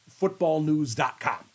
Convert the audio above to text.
footballnews.com